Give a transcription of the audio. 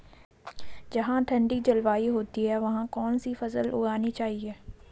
जहाँ ठंडी जलवायु होती है वहाँ कौन सी फसल उगानी चाहिये?